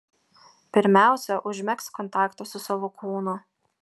pirmiausia užmegzk kontaktą su savo kūnu